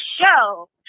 show